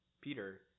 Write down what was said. Peter